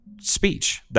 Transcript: speech